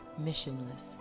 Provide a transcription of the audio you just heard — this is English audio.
missionless